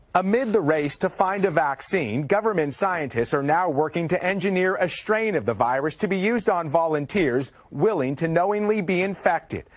amid the race to find a vaccine, government scientists are now working to engineer a strain of the virus to be used on volunteers willing to knowingly be infected.